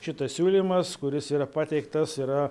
šitas siūlymas kuris yra pateiktas yra